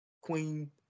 Queen